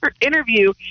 interview